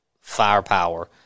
firepower